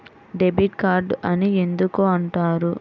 Debit card అని ఎందుకు అంటారు?